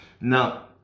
Now